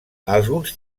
alguns